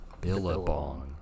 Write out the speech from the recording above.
Billabong